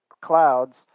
clouds